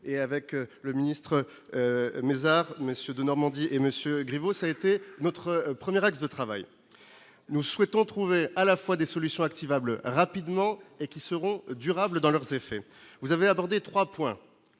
et avec le ministre Maizar monsieur de Normandie et monsieur Griveau, ça a été notre première axes de travail, nous souhaitons trouver à la fois des solutions actives able rapidement et qui seront durables dans leurs effets, vous avez abordé 3 points